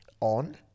On